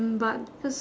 but because